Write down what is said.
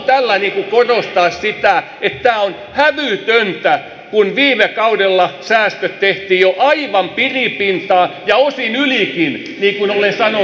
haluan tällä korostaa sitä että tämä on hävytöntä kun viime kaudella säästöt tehtiin jo aivan piripintaan ja osin ylikin niin kuin olen sanonut monille koulutusihmisille